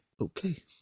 okay